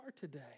today